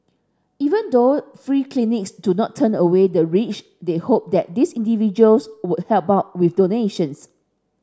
even though free clinics do not turn away the rich they hope that these individuals would help out with donations